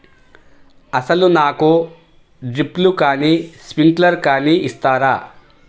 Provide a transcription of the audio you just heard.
అసలు నాకు డ్రిప్లు కానీ స్ప్రింక్లర్ కానీ ఇస్తారా?